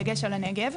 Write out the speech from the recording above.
בדגש על הנגב.